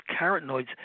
carotenoids